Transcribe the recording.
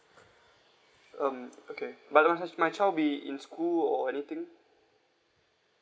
um okay but was my child be in school or anything